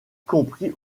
compris